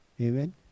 Amen